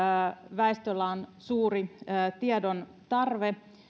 väestöllä on suuri tiedon tarve